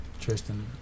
Tristan